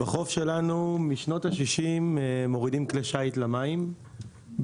בחוף שלנו מורידים כלי שיט למים משנות ה-60.